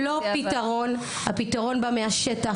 הפתרון בא מהשטח.